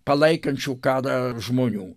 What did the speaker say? palaikančių karą žmonių